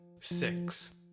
six